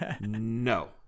No